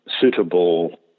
suitable